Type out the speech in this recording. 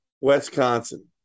Wisconsin